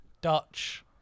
Dutch